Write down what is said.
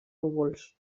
núvols